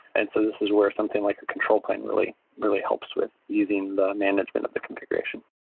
and so this is where something like a control plane really really helps with easing the management of the configuration.